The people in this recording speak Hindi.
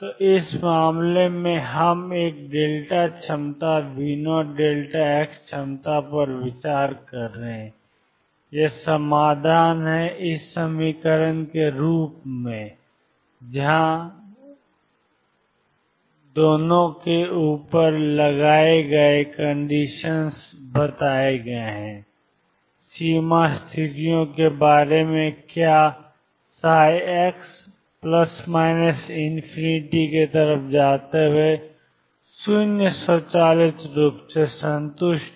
तो इस मामले में कि हम एक क्षमता V0δ क्षमता पर विचार कर रहे हैं ये समाधान हैं xx0Ae2mE2xऔर xx0Be 2mE2x सीमा स्थितियों के बारे में क्या x→±∞0 स्वचालित रूप से है संतुष्ट